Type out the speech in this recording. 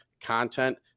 content